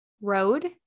road